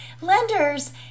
Lenders